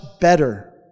better